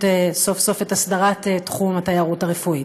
סוף-סוף את הסדרת תחום התיירות הרפואית.